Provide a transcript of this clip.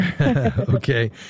Okay